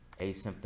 Asymptomatic